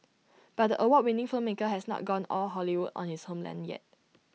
but the award winning filmmaker has not gone all Hollywood on his homeland yet